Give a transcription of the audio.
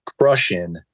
crushing